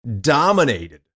dominated